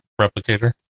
replicator